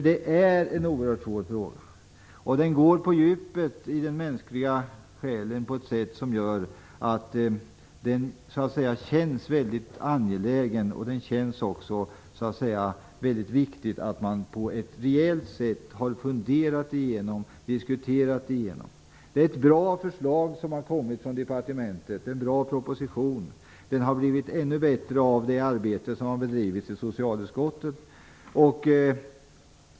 Det är en oerhört svår fråga, och den går på djupet i den mänskliga själen på ett sätt som gör att den känns mycket angelägen. Det känns också väldigt viktigt att man på ett rejält sätt har funderat igenom den och diskuterat igenom den. Det är ett bra förslag som har kommit från departementet, det är en bra proposition - den har blivit ännu bättre av det arbete som har bedrivits i socialutskottet.